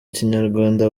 kinyarwanda